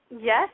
Yes